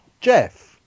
Jeff